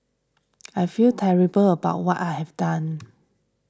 I feel terrible about what I have done